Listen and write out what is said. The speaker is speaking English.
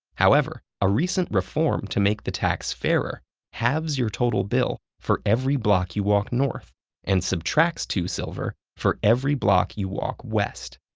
however, a recent reform to make the tax fairer halves your total bill for every block you walk north and subtracts two silver for every block you walk west.